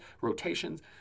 rotations